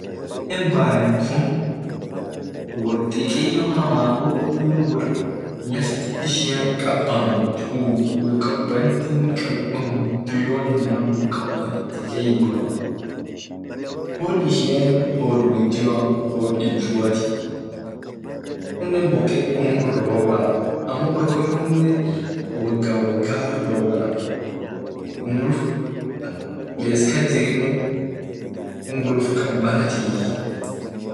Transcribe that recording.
Chile banen tun wor dikeyo hamaa wor.